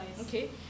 Okay